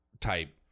type